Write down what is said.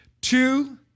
two